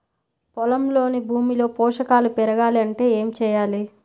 పొలంలోని భూమిలో పోషకాలు పెరగాలి అంటే ఏం చేయాలి?